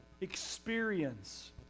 experience